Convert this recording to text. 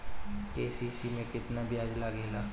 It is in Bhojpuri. के.सी.सी में केतना ब्याज लगेला?